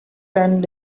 end